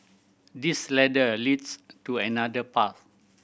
this ladder leads to another path